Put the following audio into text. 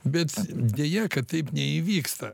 bet deja kad taip neįvyksta